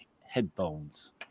headphones